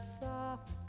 soft